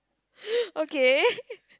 okay